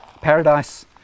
Paradise